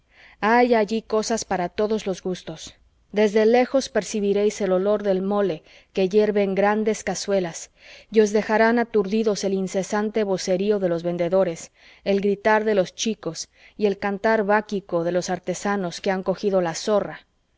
hay allí cosas para todos los gustos desde lejos percibiréis el olor del mole que hierve en grandes cazuelas y os dejarán aturdidos el incesante vocerío de los vendedores el gritar de los chicos y el cantar báquico de los artesanos que han cogido la zorra